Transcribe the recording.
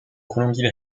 colombie